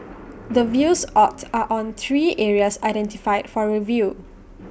the views sought are on three areas identified for review